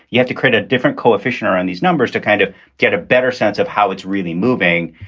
you have to create a different coefficient around these numbers to kind of get a better sense of how it's really moving.